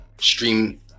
Stream